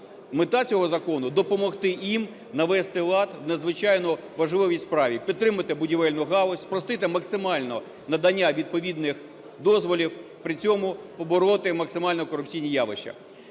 мета цього закону - допомогти їм навести лад у надзвичайно важливій справі: підтримати будівельну галузь, спростити максимально надання відповідних дозволів, при цьому побороти максимально корупційні явища.